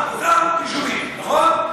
אותם יישובים, נכון?